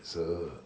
so